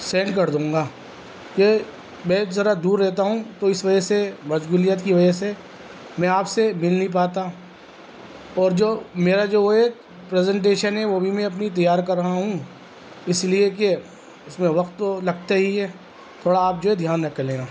send کر دوں گا کہ میں ذرا دور رہتا ہوں تو اس وجہ سے مشغولیت کی وجہ سے میں آپ سے مل نہیں پاتا اور جو میرا جو وہ ایک پرزنٹیشن ہے وہ بھی میں اپنی تیار کر رہا ہوں اس لیے کہ اس میں وقت تو لگتا ہی ہے تھوڑا آپ جو ہے دھیان رکھ لینا